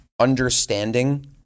understanding